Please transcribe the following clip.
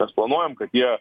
mes planuojam kad jie